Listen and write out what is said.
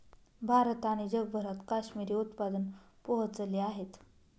भारत आणि जगभरात काश्मिरी उत्पादन पोहोचले आहेत